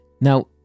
Now